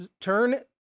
turn